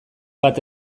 bat